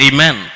Amen